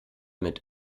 mit